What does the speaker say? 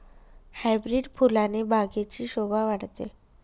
hybrid फुलाने बागेची शोभा वाढते